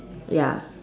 ya